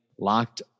Locked